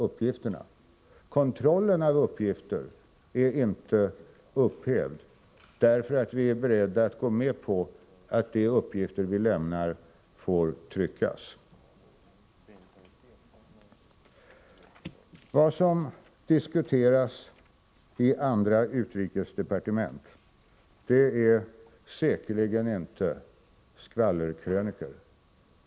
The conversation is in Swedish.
Kravet på kontroll av uppgifter är inte hävt därför att vi är beredda att gå med på att de uppgifter vi lämnar får tryckas. Vad som diskuteras i andra utrikesdepartement är säkerligen inte skvallerkrönikor.